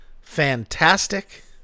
fantastic